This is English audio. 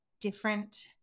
different